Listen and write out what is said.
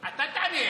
אתה תענה.